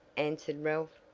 answered ralph.